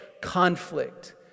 conflict